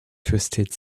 twisted